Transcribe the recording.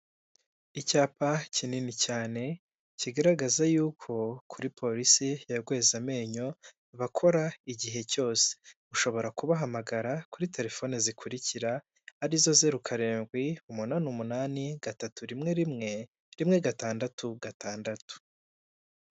Icyapa kinini cyane kigaragaza yuko kuri polisi ya Rwezamenyo bakora igihe cyose, ushobora kubahamagara kuri telefoni zikurikira, arizo: zero karindwi umunani umunani gatatu rimwe rimwe rimwe gatandatu gatandatu.